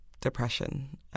depression